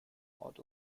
odd